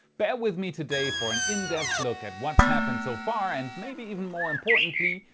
bare with me today for an in depth look at what's happened so far and maybe even more importantly,